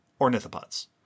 Ornithopods